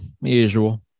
usual